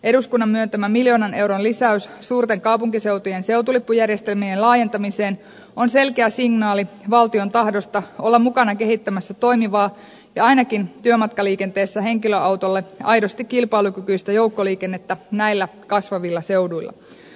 eduskunnan myöntämä miljoonan euron lisäys suurten kaupunkiseutujen seutulippujärjestelmien laajentamiseen on selkeä signaali valtion tahdosta olla mukana kehittämässä toimivaa ja ainakin työmatkaliikenteessä henkilöautolle aidosti kilpailukykyistä joukkoliikennettä näillä kasvavilla seuduilla